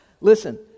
Listen